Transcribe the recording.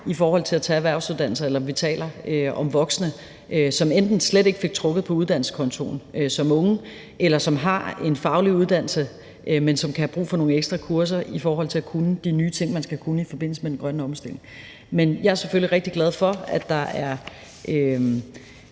i forhold til at tage erhvervsuddannelser, eller om vi taler om voksne, som enten slet ikke fik trukket på uddannelseskontoen som unge, eller som har en faglig uddannelse, men som kan have brug for nogle ekstra kurser i forhold til at kunne de nye ting, man skal kunne i forbindelse med den grønne omstilling. Jeg er selvfølgelig rigtig glad for, at der er